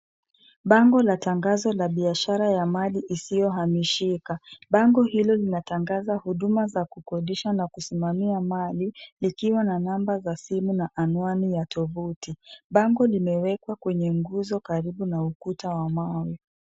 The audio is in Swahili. Bango la tangazo la biashara ya mali isiyohamishika. Bango hilo linatangaza huduma za kukodisha na kusimamia mali, likiwa na namba za simu na anwani ya tovuti. Bango limewekwa kwenye nguzo karibu na ukuta wa mawe.